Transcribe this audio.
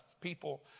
People